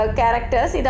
characters